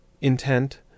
intent